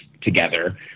together